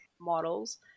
models